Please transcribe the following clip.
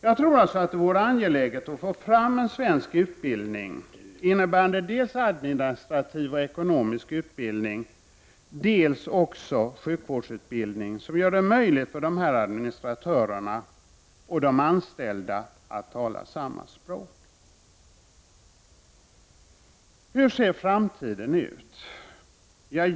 Jag tror således att det vore angeläget att få fram en svensk utbildning innebärande dels administrativ och ekonomisk utbildning, dels också sjukvårdsutbildning, som gör det möjligt för administratörerna och de anställda att tala samma språk. Hur ser framtiden ut?